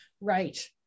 Right